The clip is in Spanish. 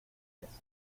tres